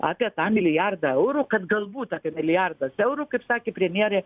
apie tą milijardą eurų kad galbūt apie milijardas eurų kaip sakė premjerė